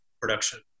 production